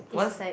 what's